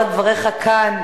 חבר הכנסת חסון,